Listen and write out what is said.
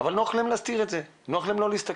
אבל נוח להם להסתיר את זה ונוח להם לא להסתכל.